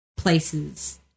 places